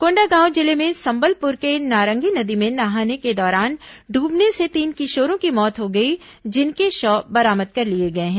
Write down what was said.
कोंडागांव जिले में संबलपुर के नारंगी नदी में नहाने के दौरान डूबने से तीन किशोरों की मौत हो गई जिनके शव बरामद कर लिए गए हैं